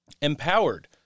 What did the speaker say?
empowered